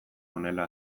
honela